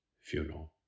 funeral